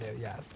Yes